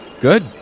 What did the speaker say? Good